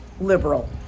liberal